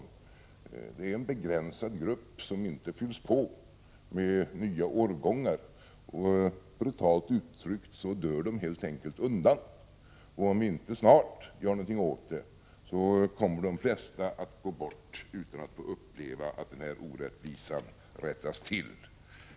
Det gäller här en begränsad grupp, som inte fylls på med några nya årgångar. Brutalt uttryckt dör de helt enkelt undan. Om vi inte snart gör någonting åt detta kommer de flesta att gå bort utan att få uppleva att orättvisan rättas till.